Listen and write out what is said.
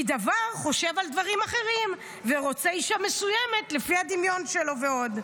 כי דבר חושב על דברים אחרים ורוצה אישה מסוימת לפי הדמיון שלו ועוד,